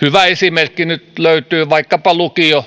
hyvä esimerkki nyt löytyy vaikkapa